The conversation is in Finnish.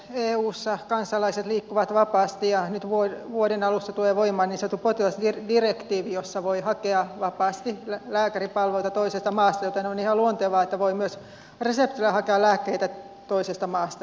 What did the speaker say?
eussa kansalaiset liikkuvat vapaasti ja nyt vuoden alussa tulee voimaan niin sanottu potilasdirektiivi jonka turvin voi hakea vapaasti lääkäripalveluita toisesta maasta joten on ihan luontevaa että voi myös reseptillä hakea lääkkeitä toisesta maasta